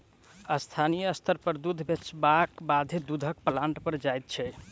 स्थानीय स्तर पर दूध बेचलाक बादे दूधक प्लांट पर जाइत छै